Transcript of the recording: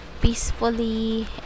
peacefully